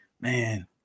man